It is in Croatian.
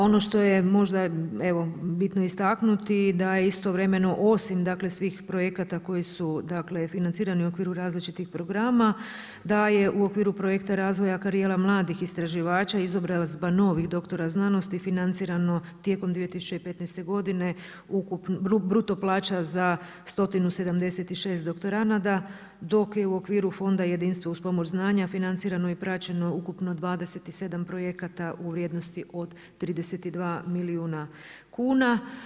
Ono što je možda bitno istaknuti da je istovremeno osim svih projekata koji su financirani u okviru različitih programa da je u okviru projekta razvoja karijera mladih istraživača i izobrazba novih doktora znanosti financirano tijekom 2015. godine bruto plaća za 176 doktoranda dok je u okviru Fonda jedinstvo uz pomoć znanja financirano i praćeno ukupno 27 projekata u vrijednosti od 32 milijuna kuna.